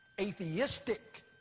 atheistic